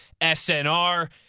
SNR